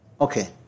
Okay